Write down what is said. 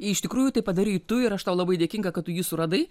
iš tikrųjų tai padarei tu ir aš tau labai dėkinga kad tu jį suradai